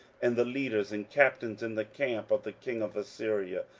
and the leaders and captains in the camp of the king of assyria.